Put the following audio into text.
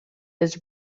his